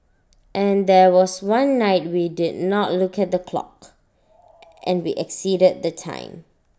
and there was one night we did not look at the clock and we exceeded the time